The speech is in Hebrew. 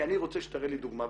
כי אני רוצה שתראה לי דוגמה,